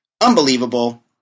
unbelievable